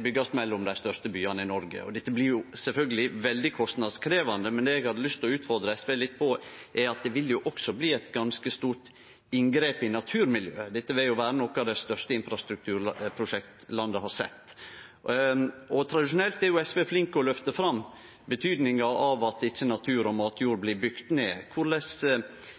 byggjast mellom dei største byane i Noreg. Det blir sjølvsagt veldig kostnadskrevjande, men det eg hadde lyst til å utfordre SV litt på, er at det også vil bli eit ganske stort inngrep i naturmiljøet. Dette vil vere av dei største infrastrukturprosjekta landet har sett. Tradisjonelt er SV flinke til å løfte fram betydinga av at natur og matjord ikkje blir bygde ned. Korleis